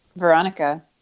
Veronica